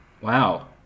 wow